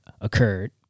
occurred